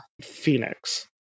Phoenix